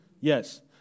Yes